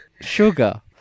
sugar